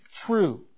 true